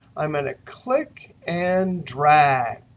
i'm going to click and drag.